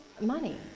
money